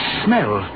smell